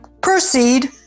Proceed